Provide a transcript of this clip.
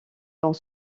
dans